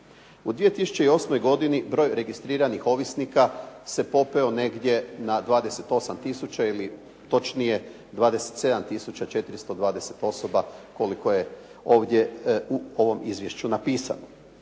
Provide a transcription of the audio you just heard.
U 2008. broj registriranih ovisnika se popeo negdje na 28 tisuća ili točnije 27 tisuća 420 osoba koliko je ovdje u ovom izvješću napisano.